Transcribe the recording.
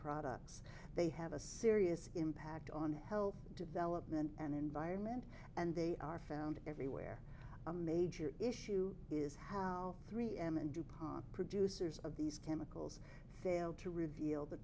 products they have a serious impact on health development and environment and they are found everywhere a major issue is how three m and du pont producers of these chemicals failed to reveal the